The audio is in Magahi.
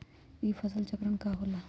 ई फसल चक्रण का होला?